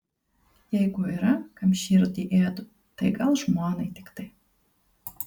jeigu yra kam širdį ėdu tai gal žmonai tiktai